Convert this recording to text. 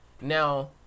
Now